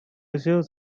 receive